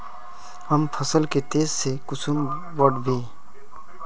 हम फसल के तेज से कुंसम बढ़बे?